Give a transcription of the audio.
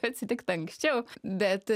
atsitikt anksčiau bet